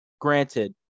granted